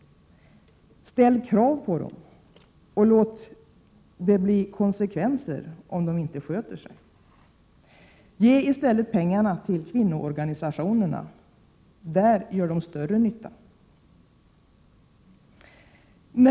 Ställ krav på dem, och låt det bli konsekvenser om de inte sköter sig! Ge i stället pengarna till kvinnoorganisationerna! Där gör de större nytta.